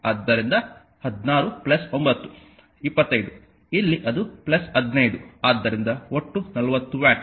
ಆದ್ದರಿಂದ 16 9 25 ಇಲ್ಲಿ ಅದು 15 ಆದ್ದರಿಂದ ಒಟ್ಟು 40 ವ್ಯಾಟ್